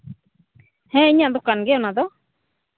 ᱦᱮᱸ ᱤᱧᱟᱹᱜ ᱫᱚᱠᱟᱱ ᱜᱮ ᱚᱱᱟ ᱫᱚ